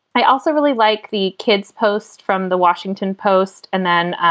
i also really like the kids post from the washington post and then.